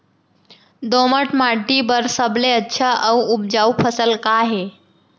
दोमट माटी बर सबले अच्छा अऊ उपजाऊ फसल का हे?